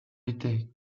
était